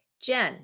Jen